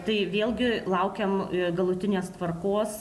tai vėlgi laukiam galutinės tvarkos